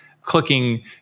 clicking